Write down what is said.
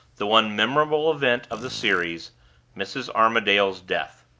the one memorable event of the series mrs. armadale's death.